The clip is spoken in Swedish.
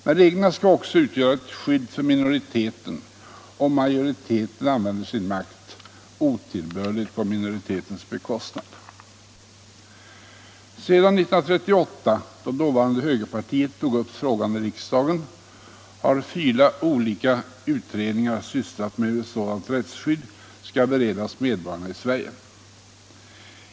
Men reglerna skall också utgöra ett skydd för minoriteten, om majoriteten använder sin makt otillbörligt på minoritetens bekostnad. Sedan 1938, då dåvarande högerpartiet tog upp frågan i riksdagen, har fyra olika utredningar sysslat med hur sådant rättsskydd skulle kunna beredas medborgarna i Sverige.